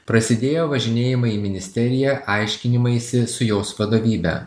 prasidėjo važinėjimai į ministeriją aiškinimaisi su jos vadovybe